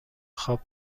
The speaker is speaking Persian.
خواب